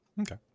okay